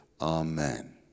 Amen